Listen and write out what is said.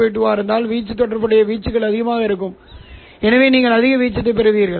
ஏற்கனவே ஒரு அரை அமர்ந்திருக்கிறது அந்த பாதி ரத்துசெய்யப்படும் அடிப்படையில் இங்கே நாம் dc சிக்னல்களை அகற்றிவிட்டோம்